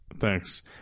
thanks